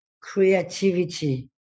creativity